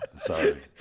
Sorry